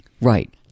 right